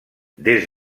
des